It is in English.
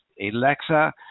Alexa